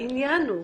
העניין הוא,